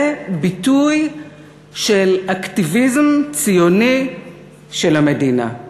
זה ביטוי של אקטיביזם ציוני של המדינה.